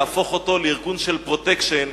לארגון של "פרוטקשן",